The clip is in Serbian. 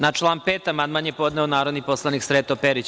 Na član 5. amandman je podneo narodni poslanik Sreto Perić.